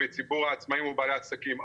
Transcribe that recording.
מציבור העצמאים ובעלי העסקים.